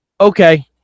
Okay